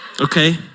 Okay